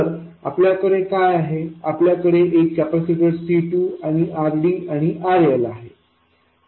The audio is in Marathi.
तर आपल्याकडे काय आहे आपल्याकडे एक कॅपेसिटर C2आणि RDआणि RL आहे